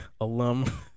alum